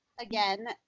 Again